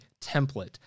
template